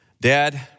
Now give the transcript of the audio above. dad